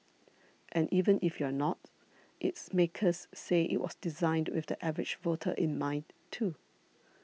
and even if you're not its makers say it was designed with the average voter in mind too